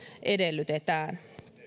edellytetään